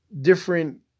different